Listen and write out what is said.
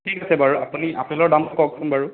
ঠিক আছে বাৰু আপুনি আপেলৰ দামটো কওকচোন বাৰু